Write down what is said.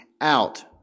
out